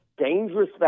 Dangerous